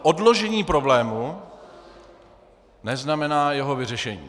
Odložení problému neznamená jeho vyřešení.